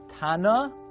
Tana